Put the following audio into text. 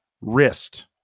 wrist